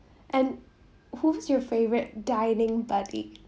and who's your favourite dining buddy